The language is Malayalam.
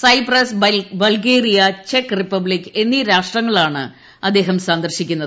സൈപ്രസ് ബൾഗേറിയ ചെക്ക് റിപ്പബ്ലിക്ക് എന്നീ രാഷ്ട്രങ്ങളാണ് അദ്ദേഹം സന്ദർശിക്കുന്നത്